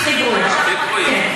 הכי גרועים, כן.